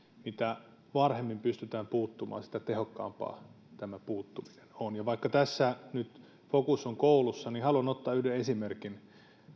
mitä varhemmin pystytään puuttumaan sitä tehokkaampaa tämä puuttuminen on vaikka tässä nyt fokus on koulussa niin haluan ottaa yhden esimerkin